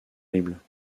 horribles